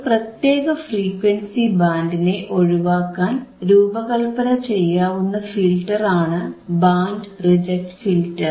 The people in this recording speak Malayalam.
ഒരു പ്രത്യേക ഫ്രീക്വൻസി ബാൻഡിനെ ഒഴിവാക്കാൻ രൂപകല്പന ചെയ്യാവുന്ന ഫിൽറ്ററാണ് ബാൻഡ് റിജക്ട് ഫിൽറ്റർ